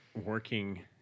working